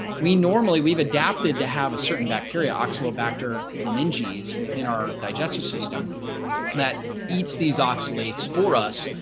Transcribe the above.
we normally we've adapted to have a certain bacteria oxalic factor from nges within our digestive system that eats these oxalates for us,